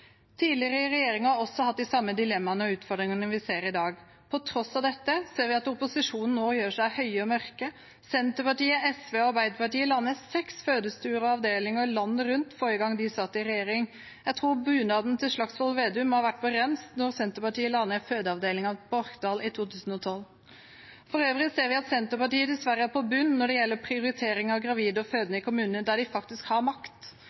Tidligere regjeringer har også hatt de samme dilemmaene og utfordringene vi ser i dag. På tross av dette ser vi at opposisjonen nå gjør seg høye og mørke. Senterpartiet, SV og Arbeiderpartiet la ned seks fødestuer og -avdelinger landet rundt forrige gang de satt i regjering. Jeg tror bunaden til Slagsvold Vedum må ha vært på rens da Senterpartiet la ned fødeavdelingen på Orkdal i 2012. For øvrig ser vi at Senterpartiet dessverre er på bunnen når det gjelder prioritering av gravide og fødende i kommunene, der de faktisk har makt.